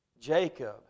Jacob